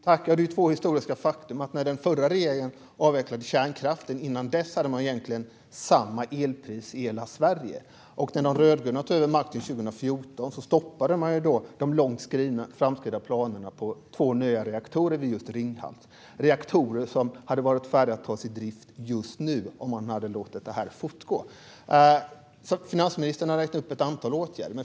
Herr talman! Två historiska faktum är att innan den förra regeringen avvecklade kärnkraften hade man egentligen samma elpris i hela Sverige och att de rödgröna när de tog över makten 2014 stoppade de långt framskridna planerna på två nya reaktorer just vid Ringhals - som hade varit färdiga att tas i drift just nu om man hade låtit detta fortgå. Finansministern har räknat upp ett antal åtgärder.